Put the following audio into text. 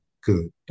good